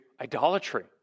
idolatry